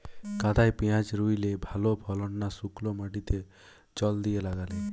কাদায় পেঁয়াজ রুইলে ভালো ফলন না শুক্নো মাটিতে জল দিয়ে লাগালে?